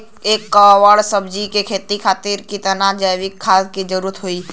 एक एकड़ सब्जी के खेती खातिर कितना जैविक खाद के जरूरत होई?